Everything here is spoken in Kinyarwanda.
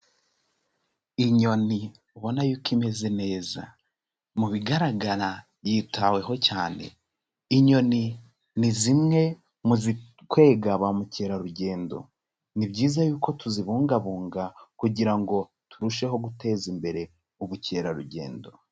Inyoni ubona yuko imeze neza, mu bigaragara yitaweho cyane, inyoni ni zimwe mu zikwega ba mukerarugendo, ni byiza yuko tuzibungabunga kugira ngo turusheho guteza imbere ubukerarugendo.